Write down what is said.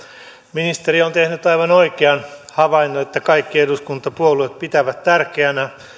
ministeri on tehnyt aivan oikean havainnon että kaikki eduskuntapuolueet pitävät tärkeänä